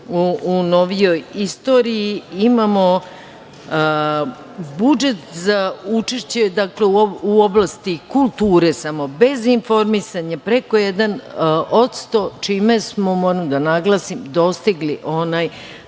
u novijoj istoriji i imamo budžet za učešće u oblasti kulture, samo bez informisanje, preko 1% čime smo, moram da naglasim, dostigli onaj